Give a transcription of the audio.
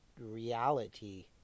reality